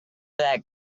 that